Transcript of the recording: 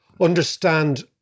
understand